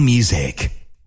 Music